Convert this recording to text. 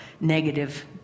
negative